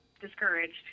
discouraged